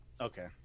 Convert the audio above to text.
Okay